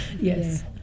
yes